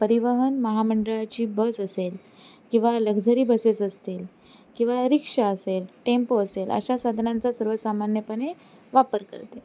परिवहन महामंडळाची बस असेल किंवा लक्झरी बसेस असतील किंवा रिक्षा असेल टेम्पो असेल अशा साधनांचा सर्वसामान्यपणे वापर करते